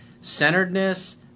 centeredness